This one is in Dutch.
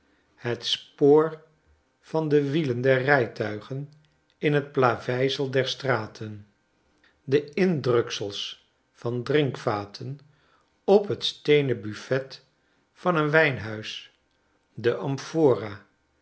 het spoor van de wielen der rijtuigen in het plaveisel der straten de indruksels van drinkvaten op het steenen buffet van een wijnhuis de